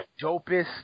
dopest